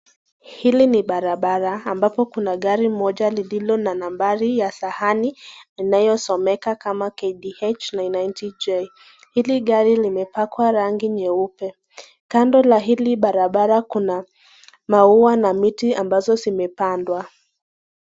Hili ni barabara ambapo kuna gari moja lililo na nambari ya sahani inayosomeka kama KDH 990J . Hili gari limepakwa rangi nyeupe. Kando la hili barabara kuna maua na miti ambazo zimepandwa.